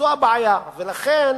זאת הבעיה, ולכן